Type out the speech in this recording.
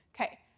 Okay